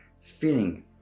feeling